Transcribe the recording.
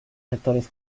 sectores